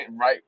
right